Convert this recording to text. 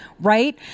right